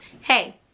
hey